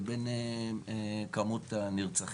לבין מספר הנרצחים.